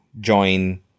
join